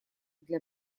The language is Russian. для